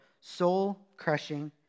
soul-crushing